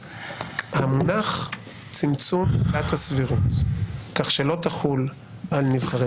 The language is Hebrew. המונח "צמצום עילת הסבירות" כך שלא תחול על נבחרי